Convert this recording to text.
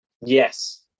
Yes